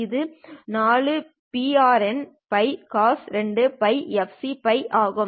இது 4PRNτcos2πfcτ ஆகும்